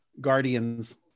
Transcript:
Guardians